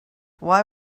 why